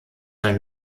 ein